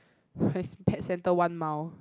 quest pet center one mile